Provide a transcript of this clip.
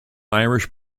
irish